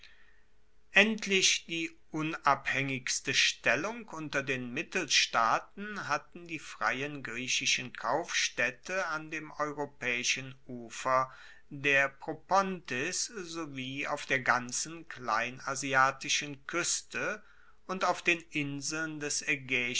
endlich die unabhaengigste stellung unter den mittelstaaten hatten die freien griechischen kaufstaedte an dem europaeischen ufer der propontis sowie auf der ganzen kleinasiatischen kueste und auf den inseln des